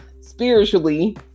spiritually